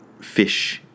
fish